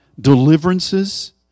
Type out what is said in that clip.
deliverances